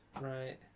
Right